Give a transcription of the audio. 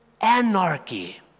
anarchy